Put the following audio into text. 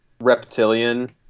reptilian